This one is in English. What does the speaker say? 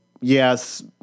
yes